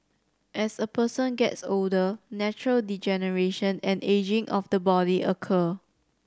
as a person gets older natural degeneration and ageing of the body occur